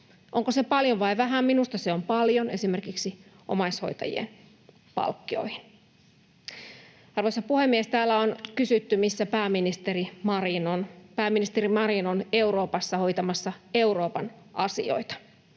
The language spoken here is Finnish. Onko se paljon vai vähän? Minusta se on paljon esimerkiksi omaishoitajien palkkioihin. Arvoisa puhemies! Täällä on kysytty, missä pääministeri Marin on. Pääministeri Marin on Euroopassa hoitamassa Euroopan asioita.